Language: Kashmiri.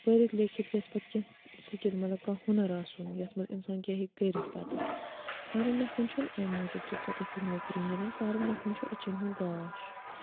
پٔرِتھ لیٚکھِتھ گژھِ پَتہٕ کیٚنٛہہ سِکِل مطلب کانٛہہ ہُنَر آسُن یَتھ منٛز اِنسان کیٚنٛہہ ہیٚکہِ کٔرِتھ پَتہٕ پَرُن لٮ۪کھُن چھُنہٕ اَمہِ موٗجوٗب تہٕ ژےٚ گژھی نوکری مِلٕنۍ پَرُن لٮ۪کھُن چھُ أچھَن ہُنٛد گاش